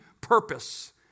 purpose